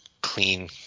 clean